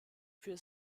für